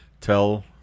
tell